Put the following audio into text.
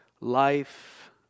life